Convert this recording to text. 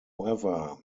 however